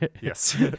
Yes